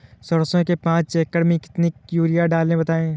सरसो के पाँच एकड़ में कितनी यूरिया डालें बताएं?